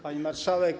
Pani Marszałek!